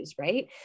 right